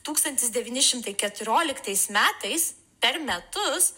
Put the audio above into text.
tūkstantis devyni šimtai keturioliktais metais per metus